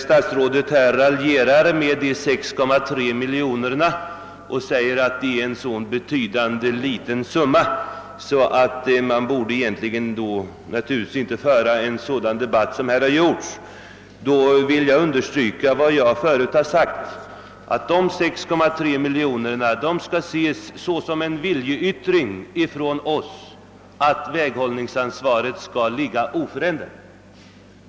Statsrådet raljerade om de 6,3 miljonerna och sade att detta är en så liten summa, att den inte borde föranleda den debatt som här förts. Jag vill understryka vad jag förut sagt, nämligen att förslaget om dessa 6,3 miljoner skall ses som vår viljeyttring att väghållningsansvaret skall vara oförändrat.